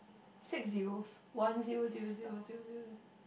six zeros one zero zero zero zero zero zero